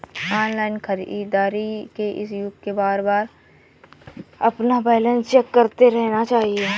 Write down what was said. online खरीदारी के इस युग में बारबार अपना बैलेंस चेक करते रहना चाहिए